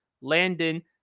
Landon